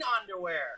underwear